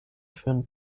führen